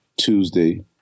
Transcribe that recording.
Tuesday